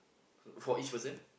so for each person